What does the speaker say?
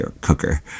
cooker